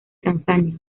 tanzania